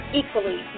equally